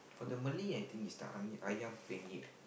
for the Malay I think is the am~ Ayam-Penyet lah